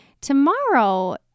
tomorrow